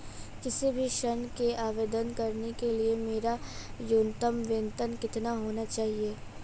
किसी भी ऋण के आवेदन करने के लिए मेरा न्यूनतम वेतन कितना होना चाहिए?